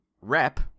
rep